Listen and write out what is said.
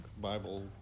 Bible